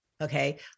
Okay